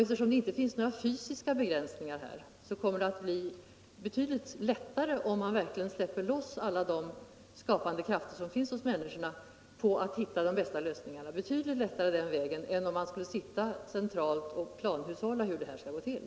Eftersom det inte finns några fysiska begränsningar, kommer det att bli betydligt lättare om man verkligen släpper loss alla de skapande krafter som finns hos människorna på att hitta de bästa lösningarna. Det går mycket lättare den vägen än om man skulle sitta centralt och planhushålla om hur detta skall gå till.